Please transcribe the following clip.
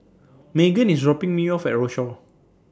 Meghann IS dropping Me off At Rochor